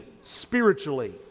spiritually